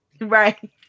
Right